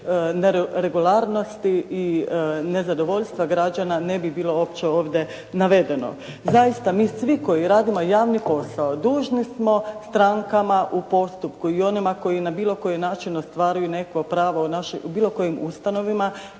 neregularnosti i nezadovoljstva građana ne bi bilo uopće ovdje navedeno. Zaista mi svi koji radimo javni posao dužni smo strankama u postupku i onima koji na bilo koji način ostvaruju neko pravo u bilo kojim ustanovama,